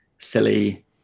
silly